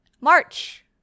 March